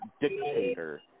dictator